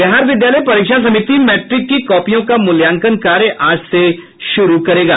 बिहार विद्यालय परीक्षा समिति मैट्रिक की कॉपियों का मूल्यांकन कार्य आज से शुरू होगा